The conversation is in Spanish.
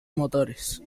motores